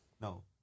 No